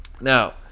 now